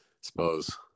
suppose